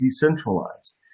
decentralized